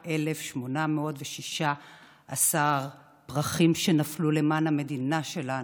23,816 פרחים שנפלו למען המדינה שלנו,